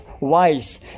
wise